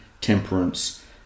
temperance